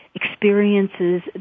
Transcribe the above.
experiences